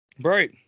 Right